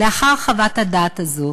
לאחר חוות הדעת הזאת,